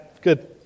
good